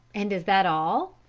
and is that all?